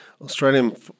Australian